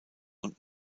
und